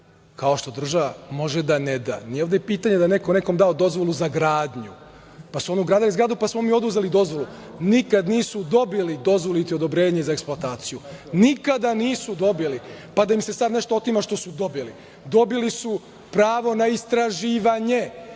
kao što država može da ne da. Nije ovde pitanje da je nekome dao dozvolu za gradnju, pa su oni izgradili zgradu, pa smo mi oduzeli dozvolu. Nikada nisu dobili dozvolu, niti odobrenje za eksploataciju. Nikada nisu dobili, pa da im se sada nešto otima što su dobili. Dobili su pravo na istraživanje